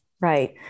Right